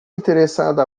interessado